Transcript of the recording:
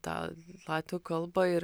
tą latvių kalbą ir